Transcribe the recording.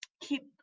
keep